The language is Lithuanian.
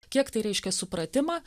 kiek tai reiškia supratimą